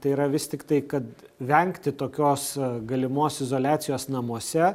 tai yra vis tiktai kad vengti tokios galimos izoliacijos namuose